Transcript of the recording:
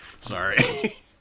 Sorry